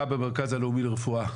המשטרה במרכז הלאומי לרפואה,